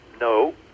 no